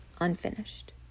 unfinished